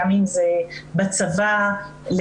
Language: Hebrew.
גם אם זה בצבא לנוער,